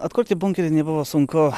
atkurti bunkerį nebuvo sunku